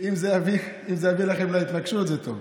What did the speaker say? אם זה יביא אתכם להתנגשות, זה טוב,